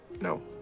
No